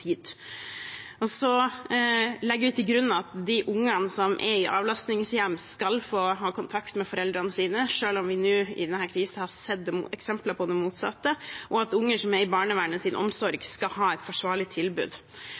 kr og sørger for at flere får tilgang til startlån, sånn at flere kan komme seg inn i boligmarkedet også i en krevende tid. Så legger vi til grunn at de ungene som er i avlastningshjem, skal ha kontakt med foreldrene sine, selv om vi i denne krisen har sett eksempler på det motsatte, og at unger som er